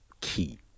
key